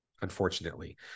unfortunately